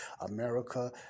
America